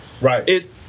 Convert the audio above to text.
Right